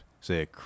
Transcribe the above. say